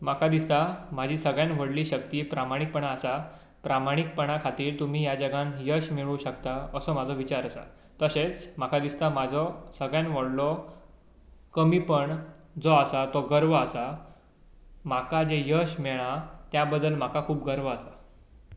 म्हाका दिसता म्हजी सगळ्यांत व्हडली शक्ती प्रामाणीकपण आसा प्रमाणीकपणा खातीर तुमी ह्या जगांत यश मेळोवंक शकता असो म्हजो विचार आसा तशेंच म्हाका दिसता म्हजो सगळ्यांत व्हडलो कमीपण जो आसा तो गर्व आसा म्हाका जें यश मेळ्ळां त्या बद्दल म्हाका खूब गर्व आसा